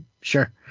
Sure